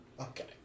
Okay